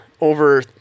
over